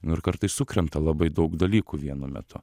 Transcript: nu ir kartais sukrenta labai daug dalykų vienu metu